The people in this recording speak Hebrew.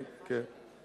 כן, כן.